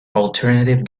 alternative